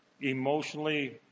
emotionally